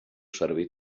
servir